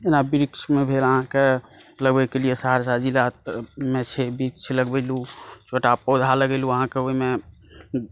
जेना वृक्षमे भेल अहाँकेॅं लगबै कऽ लियऽ सहरसा जिलामे छै वृक्ष लगबेलू छोटा पौधा लगेलू अहाँकेँ ओहिमे